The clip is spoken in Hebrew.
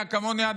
אתה יודע כמוני,